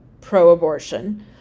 pro-abortion